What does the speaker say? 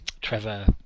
Trevor